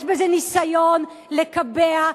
יש בזה ניסיון לקבע,